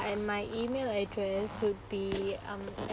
and my email address would be um